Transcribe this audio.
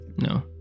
No